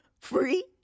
Free